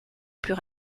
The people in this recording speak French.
plus